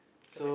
correct